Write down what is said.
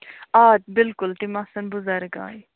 آ بِلکُل تِم آسَن بُزرگٕے